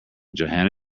johanna